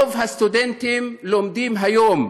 רוב הסטודנטים לומדים היום